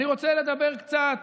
אני רוצה לדבר קצת